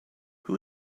who